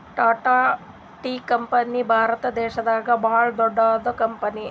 Tata tea company Bharat ದೇಶದಾಗೆ ಭಾಳ್ ದೊಡ್ಡದ್ ಕಂಪನಿ